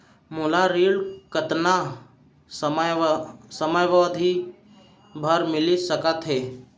मोला ऋण कतना समयावधि भर मिलिस सकत हे?